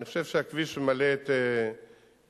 אני חושב שהכביש ממלא את ייעודו.